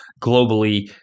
globally